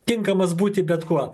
tinkamas būti bet kuo